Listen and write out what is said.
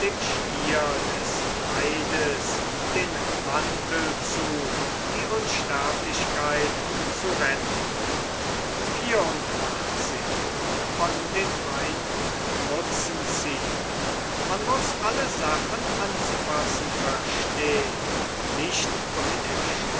stier des neides den mantel zu die unsterblichkeit zu retten man muß alle sachen anzufassen verstehn nicht bei der